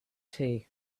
tea